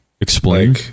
Explain